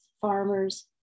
farmers